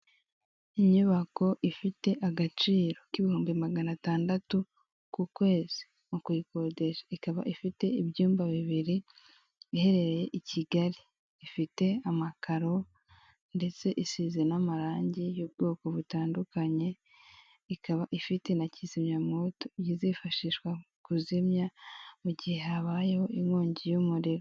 Inyubako ifite agaciro k'ibihumbi magana atandatu ku kwezi mu kuyikodesha, ikaba ifite ibyumba bibiri , iherereye i Kigali. Ifite amakaro ndetse isize n'amarangi y'ubwoko butandukanye, ikaba ifite na kizimyamwoto izifashishwa mu kuzimya mu gihe habayeho inkongi y'umuriro.